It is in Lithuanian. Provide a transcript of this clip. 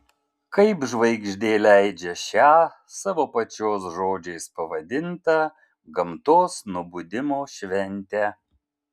kaip žvaigždė leidžią šią savo pačios žodžiais pavadintą gamtos nubudimo šventę